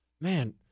man